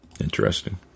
Interesting